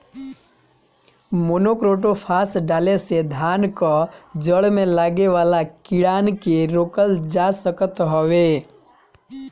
monocrotophos डाले से धान कअ जड़ में लागे वाला कीड़ान के रोकल जा सकत हवे